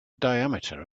diameter